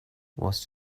was